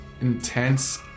intense